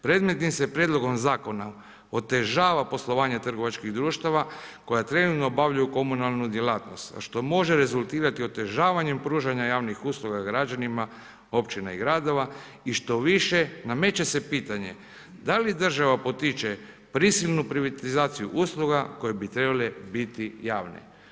Predmetnim se prijedlogom zakona otežava poslovanje trgovačkih društava koja trenutno obavljaju komunalnu, a djelatnost što može rezultirati otežavanjem pružanja javnih usluga građanima, općina i gradova i štoviše nameće se pitanje da li država potiče prisilnu privatizaciju usluga koje bi trebale biti javne?